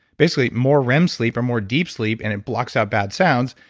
basically more rem sleep or more deep sleep, and it blocks out bad sounds.